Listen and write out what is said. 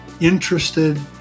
interested